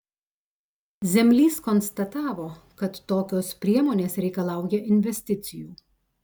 zemlys konstatavo kad tokios priemonės reikalauja investicijų